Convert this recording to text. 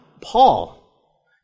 Paul